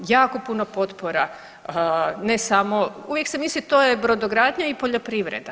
Jako puno potpora, ne samo uvijek se misli to je brodogradnja i poljoprivreda.